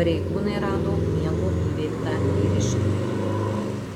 pareigūnai rado miego įveiktą vyriškį